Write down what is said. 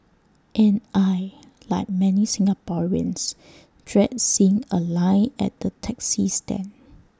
and I Like many Singaporeans dread seeing A line at the taxi stand